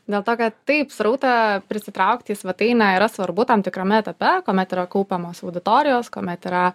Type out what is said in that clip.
dėl to kad taip srautą prisitraukti į svetainę yra svarbu tam tikrame etape kuomet yra kaupiamos auditorijos kuomet yra